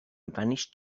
vanished